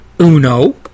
Uno